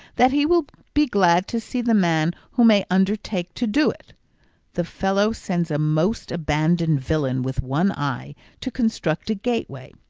that he will be glad to see the man who may undertake to do it the fellow sends a most abandoned villain with one eye to construct a gateway.